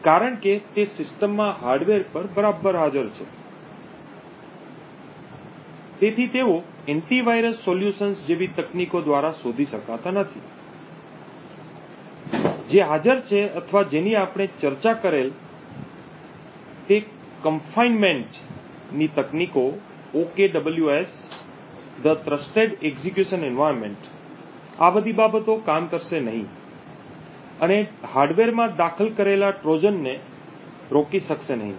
કારણ કે તે સિસ્ટમમાં હાર્ડવેર પર બરાબર હાજર છે તેથી તેઓ એન્ટીવાયરસ સોલ્યુશન્સ જેવી તકનીકો દ્વારા શોધી શકાતા નથી જે હાજર છે અથવા જેની આપણે ચર્ચા કરેલ તે confinementકેદ ની તકનીકો OKWS વિશ્વસનીય અમલ વાતાવરણ આ બધી બાબતો કામ કરશે નહીં અને હાર્ડવેરમાં દાખલ કરેલા ટ્રોજનને રોકી શકશે નહીં